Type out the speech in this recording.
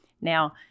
Now